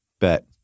bet